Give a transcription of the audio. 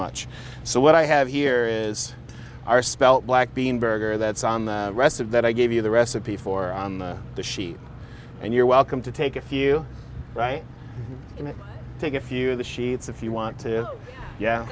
much so what i have here is our spelt black bean burger that's on the rest of that i gave you the recipe for the sheep and you're welcome to take a few and take a few of the sheets if you want to yeah